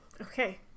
Okay